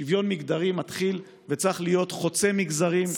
שוויון מגדרי מתחיל וצריך להיות חוצה מגזרים,